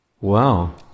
Wow